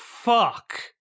fuck